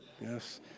Yes